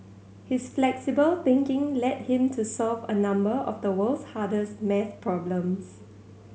his flexible thinking led him to solve a number of the world's hardest maths problems